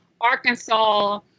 Arkansas